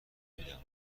میدم